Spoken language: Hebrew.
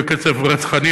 בקצב רצחני,